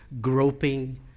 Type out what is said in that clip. groping